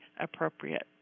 appropriate